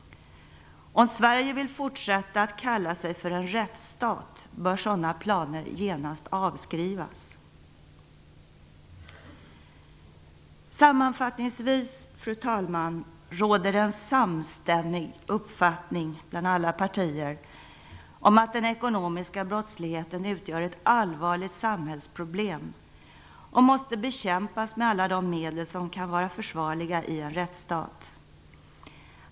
Om Sverige i fortsättningen skall kunna kallas för en rättsstat bör sådana planer genast avskrivas. Sammanfattningsvis, fru talman, råder det en samstämmig uppfattning bland alla partier om att den ekonomiska brottsligheten utgör ett allvarligt samhällsproblem som måste bekämpas med alla de medel som kan vara försvarliga i en rättsstat.